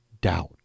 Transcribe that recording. doubt